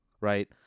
right